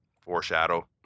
Foreshadow